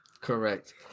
Correct